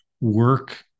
work